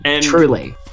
Truly